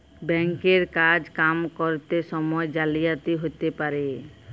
bank এর কাজ কাম ক্যরত সময়ে জালিয়াতি হ্যতে পারে